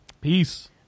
peace